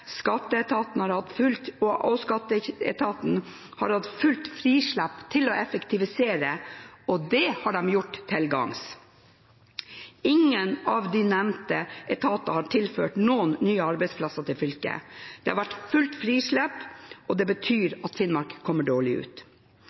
Skatteetaten har hatt fullt frislipp til å effektivisere, og det har de gjort til gagns. Ingen av de nevnte etatene har tilført fylket noen nye arbeidsplasser. Det har vært fullt frislipp, og det betyr at Finnmark kommer dårlig ut.